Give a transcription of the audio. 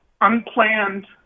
unplanned